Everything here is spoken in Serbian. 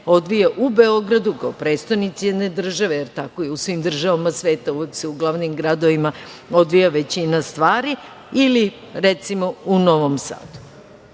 odvija u Beogradu kao prestonici jedne države, jer tako je u svim državama sveta, uvek se u glavnim gradovima odvija većina stvari, ili, recimo, u Novom